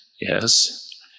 yes